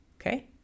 okay